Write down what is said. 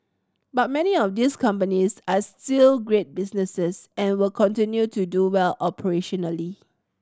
but many of these companies are still great businesses and will continue to do well operationally